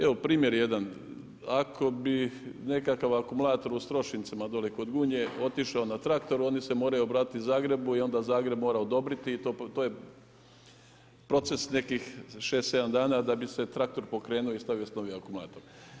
Evo primjer jedan, ako bi nekakav akumulator Strošincima dolje kod Gunje otišao na traktor oni se moraju obratiti Zagrebu i onda Zagreb mora odobriti, to je proces nekih 6, 7 dana da bi se traktor pokrenuo i stavio novi akumulator.